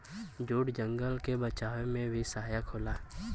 jute जंगल के बचावे में भी सहायक होला